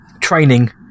training